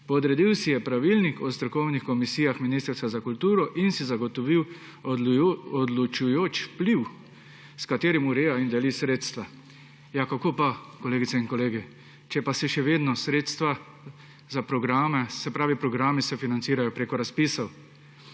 »podredil si je pravilnik o strokovnih komisijah Ministrstva za kulturo in si zagotovil odločujoč vpliv, s katerim ureja in deli sredstva«. Ja kako, kolegice in kolegi, če pa se še vedno programi financirajo preko razpisov?